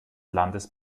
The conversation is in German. landes